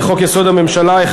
בהתאם לסעיף 31(ד) לחוק-יסוד הממשלה,